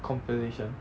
compilation